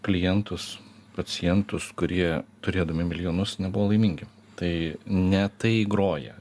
klientus pacientus kurie turėdami milijonus nebuvo laimingi tai ne tai groja